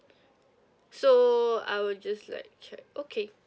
so I will just like check okay